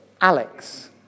Alex